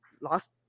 lost